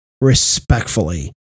respectfully